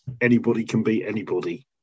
anybody-can-beat-anybody